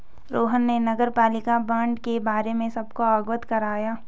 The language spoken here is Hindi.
रोहन ने नगरपालिका बॉण्ड के बारे में सबको अवगत कराया